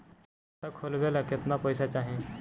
खाता खोलबे ला कितना पैसा चाही?